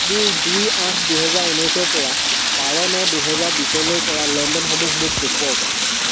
মোৰ দুই আঠ দুহেজাৰ ঊনৈছৰপৰা বাৰ ন দুহেজাৰ বিছলৈ কৰা লেনদেনসমূহ মোক দেখুৱাওক